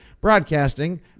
Broadcasting